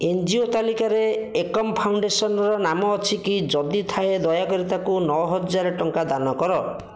N G O ତାଲିକାରେ ଏକମ୍ ଫାଉଣ୍ଡେସନ୍ର ନାମ ଅଛି କି ଯଦି ଥାଏ ଦୟାକରି ତାକୁ ନଅହଜାର ଟଙ୍କା ଦାନ କର